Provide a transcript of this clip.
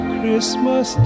Christmas